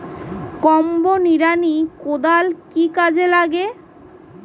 Combo নিড়ানি কোদাল কি কাজে লাগে?